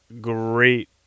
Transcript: great